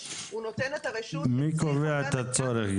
מי קובע את הצורך?